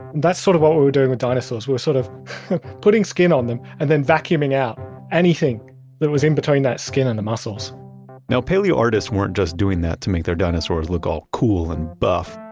that's sort of what we were doing with dinosaurs, we were sort of putting skin on them, and then vacuuming out anything that was in between that skin and the muscles now paleoartists weren't just doing that to make their dinosaurs look all cool and buff.